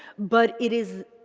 but it is,